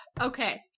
Okay